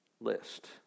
list